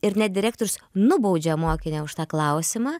ir net direktorius nubaudžia mokinį už tą klausimą